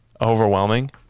overwhelming